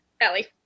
Allie